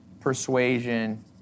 persuasion